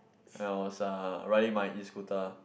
and I was uh riding my Escooter